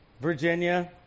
Virginia